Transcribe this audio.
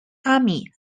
army